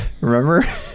remember